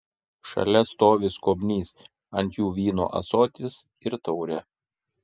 šalia stovi skobnys ant jų vyno ąsotis ir taurė